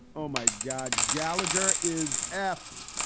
oh my god. gallagher is effed